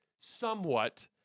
somewhat